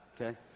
okay